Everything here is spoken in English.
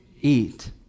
Eat